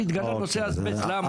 כשהתגלה נושא האסבסט --- אוקיי,